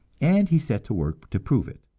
and he set to work to prove it.